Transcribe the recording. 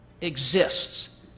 exists